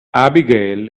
abigail